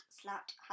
slapped